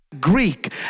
Greek